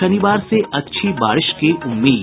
शनिवार से अच्छी बारिश की उम्मीद